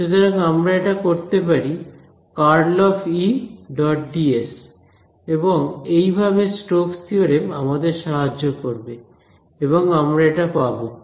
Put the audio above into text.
সুতরাং আমরা এটা করতে পারি ∇× EdS এবং এই ভাবে স্টোক্স থিওরেম আমাদের সাহায্য করবে এবং আমরা এটা পাবো Edl